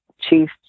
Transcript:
Chief